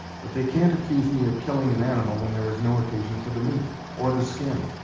but they can't accuse me of killing an animal when there is no occasion for the meat, or the skin.